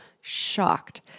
shocked